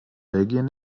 belgien